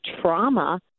trauma